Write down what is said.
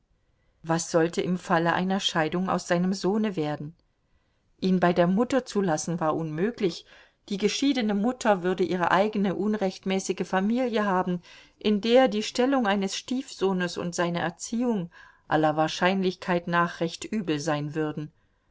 was sollte im falle einer scheidung aus seinem sohne werden ihn bei der mutter zu lassen war unmöglich die geschiedene mutter würde ihre eigene unrechtmäßige familie haben in der die stellung eines stiefsohnes und seine erziehung aller wahrscheinlichkeit nach recht übel sein würden